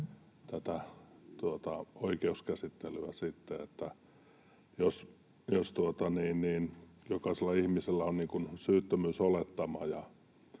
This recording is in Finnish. tätä oikeuskäsittelyä sitten, jos jokaisella ihmisellä on syyttömyysolettama?